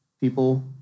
people